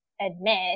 admit